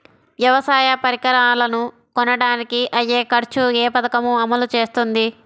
వ్యవసాయ పరికరాలను కొనడానికి అయ్యే ఖర్చు ఏ పదకము అమలు చేస్తుంది?